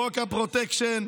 חוק הפרוטקשן.